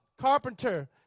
carpenter